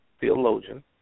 theologian